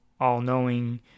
all-knowing